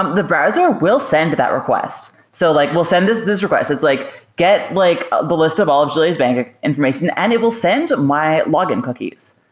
um the browser will send that request. so like we'll send this this request. it's like get like ah the list of julia's bank ah information and it will send my log-in cookies.